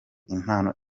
impano